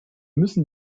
müssen